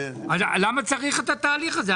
למה צריך את התהליך הזה?